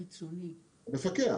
מפקח.